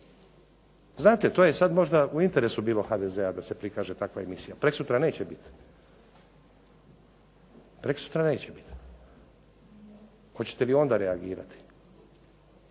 znate to je sada možda u interesu bilo HDZ-a da se prikaže takva emisija, prekosutra neće biti, hoćete li onda reagirati.